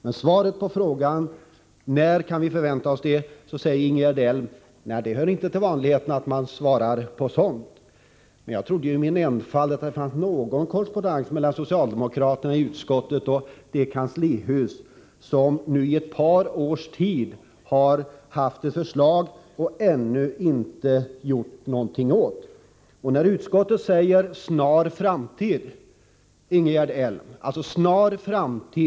Som svar på frågan om när vi kan förvänta oss ett förslag i fråga om bilstödet säger Ingegerd Elm att det inte är vanligt att man svarar på en sådan fråga. Jag trodde i min enfald att det fanns åtminstone någon korrespondens mellan socialdemokraterna i utskottet å ena sidan och kanslihuset å andra sidan. Sedan ett par år tillbaka har man i kanslihuset ett utredningsförslag, men ingenting mera har hänt. Utskottet talar om en ”snar framtid”. Men, Ingegerd Elm, hur skall man tolka de orden?